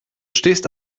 stehst